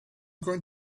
going